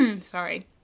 Sorry